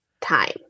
time